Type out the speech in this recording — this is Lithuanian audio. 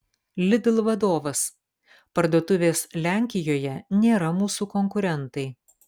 lidl vadovas parduotuvės lenkijoje nėra mūsų konkurentai